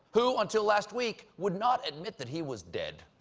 who, until last week, would not admit that he was dead.